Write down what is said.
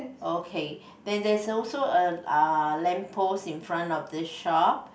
okay then there's also a uh lamppost in front of this shop